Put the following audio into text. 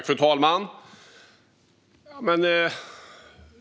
Fru talman!